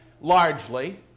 largely